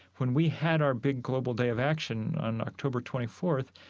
when we had our big global day of action on october twenty fourth,